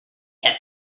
had